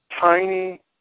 tiny